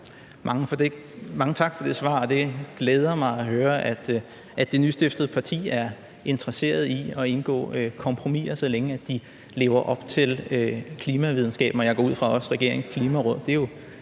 Ruben Kidde (RV): Det glæder mig at høre, at det nystiftede parti er interesseret i at indgå kompromisser, så længe de lever op til klimavidenskaben og også regeringens klimaråd,